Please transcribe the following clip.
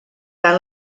tant